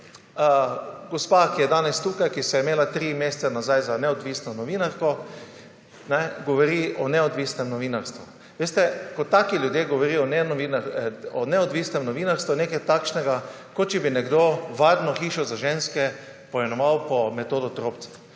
gospa, ki je danes tukaj, ki se je imela tri mesece nazaj za neodvisno novinarko, govori o neodvisnem novinarstvu. Veste, ko taki ljudje govorijo o neodvisnem novinarstvu, je nekaj takšnega, kot če bi nekdo varno hišo za ženske poimenoval po Metodu Trobcu.